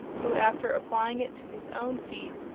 who, after applying it to his own feet,